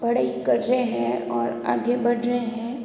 पढ़ाई कर रहे हैं और आगे बढ़ रहे हैं